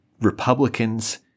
Republicans